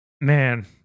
Man